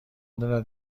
دارد